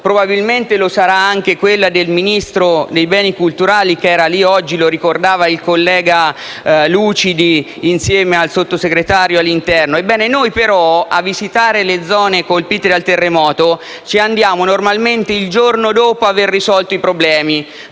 probabilmente lo sarà anche quella del Ministro dei beni culturali che era lì oggi - come ha ricordato il collega Lucidi - insieme al Sottosegretario all'interno. Noi, però, visitiamo le zone colpite dal terremoto normalmente il giorno dopo aver risolto i problemi,